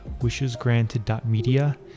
wishesgranted.media